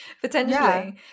Potentially